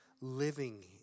living